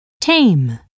tame